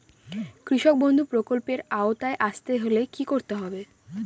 কৃষকবন্ধু প্রকল্প এর আওতায় আসতে হলে কি করতে হবে?